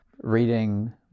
reading